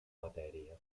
matèria